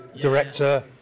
director